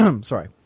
Sorry